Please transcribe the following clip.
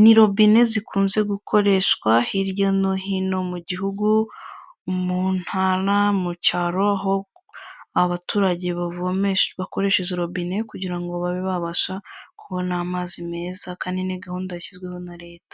ni robine zikunze gukoreshwa hirya no hino mu gihugu, mu ntara mu cyaro aho abaturage bavomesha bakoreshe izo robine kugira ngo babe babasha kubona amazi meza kandi ni gahunda yashyizweho na leta.